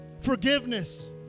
forgiveness